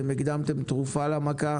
הקדמתם תרופה למכה.